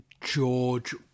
George